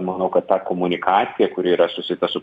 manau kad ta komunikacija kuri yra susieta su